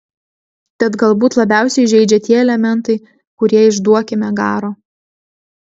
tad galbūt labiausiai žeidžia tie elementai kurie iš duokime garo